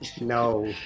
No